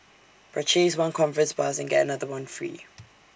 purchase one conference pass and get another one free